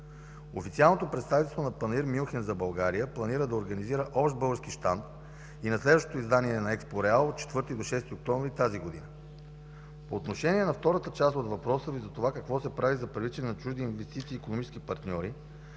Официалното представителство на „Панаир Мюнхен” за България планира да организира общ български щанд и на следващото издание на „Експо Реал” от 4 до 6 октомври тази година. По отношение на втората част от въпроса Ви за това какво се прави за привличане на чужди инвестиции и икономически партньори,